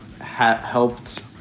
helped